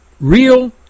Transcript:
Real